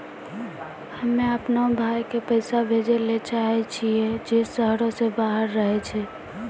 हम्मे अपनो भाय के पैसा भेजै ले चाहै छियै जे शहरो से बाहर रहै छै